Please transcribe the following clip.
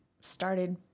Started